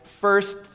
First